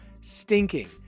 stinking